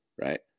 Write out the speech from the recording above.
right